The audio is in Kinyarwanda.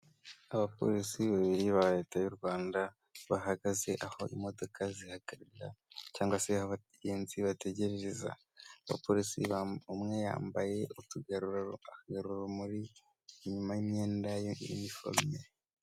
Abapolisi babiri ba leta y'u Rwanda bahagaze aho imodoka zihagarara cyangwa se aho abagenzi bategerereza abapolisi umwe yambaye utugarura akagarura rumuri inyuma y'imyenda yiforumye.